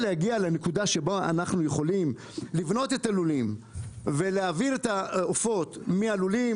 לנקודה שבה אנחנו יכולים לבנות את הלולים ולהעביר את העופות מהלולים